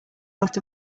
lot